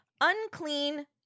unclean